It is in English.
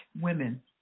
women